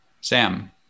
Sam